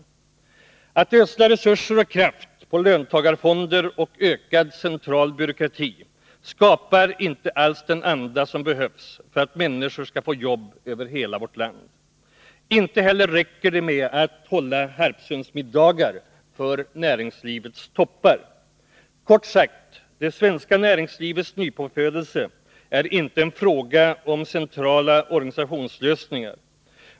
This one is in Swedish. Att ödsla resurser och kraft på löntagarfonder och ökad central byråkrati skapar inte alls den anda som behövs för att människor skall få jobb över hela vårt land. Inte heller räcker det med att hålla Harpsundsmiddagar för näringslivets toppar. Kort sagt, det svenska näringslivets pånyttfödelse är inte en fråga om centrala organisationslösningar.